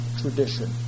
tradition